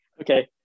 Okay